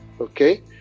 Okay